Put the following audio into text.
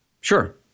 sure